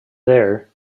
there